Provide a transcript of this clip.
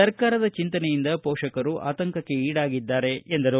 ಸರ್ಕಾರದ ಚಿಂತನೆಯಿಂದ ಮೋಷಕರು ಆತಂಕಕ್ಕೆ ಈಡಾಗಿದ್ದಾರೆ ಎಂದರು